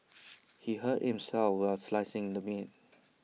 he hurt himself while slicing the meat